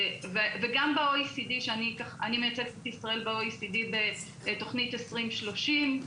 אני מייצגת את ישראל ב-OECD בתוכנית 20/30,